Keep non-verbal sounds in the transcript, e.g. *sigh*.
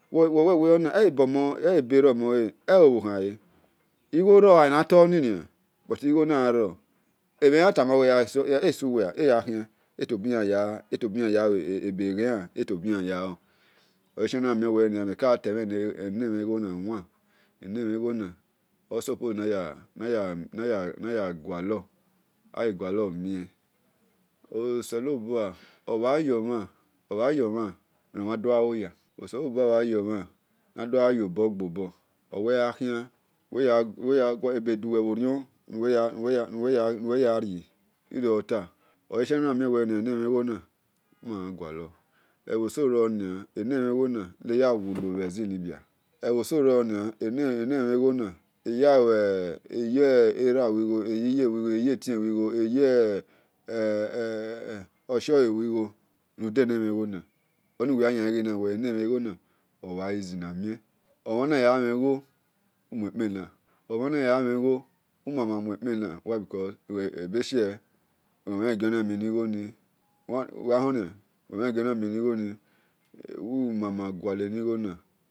*hesitation* ighoro eh ana toni-nia buti igho nagharoe eyan tama uwe esuwewa etobiyan gha-khian ebeghen yan eyalor oleshiel men em katemhem nigho nawan enemhen ghona osuppose na-ya gualor *hesitation* osalobua bha yor mhan noyaloga owe akhian ebeduwe bhorion ebhogo renia eya wolo bhodi libya eso ye eriyan luigha eyatien luegho eyi osho-lue-igha oni-uwe-yan-yahen enemhen-igho-na obba easy na mien omhan gha mhen igho umuekpen na why because ebieghie uwe mhan legiona mienigho ni umama gua he-nigho na.